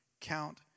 count